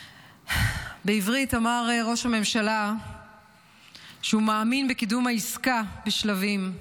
בעברית אמר ראש הממשלה שהוא מאמין בקידום העסקה בשלבים,